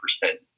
percent